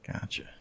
Gotcha